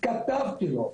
כתבתי לו.